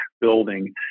building